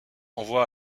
envoie